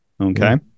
okay